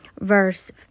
verse